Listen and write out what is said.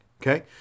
okay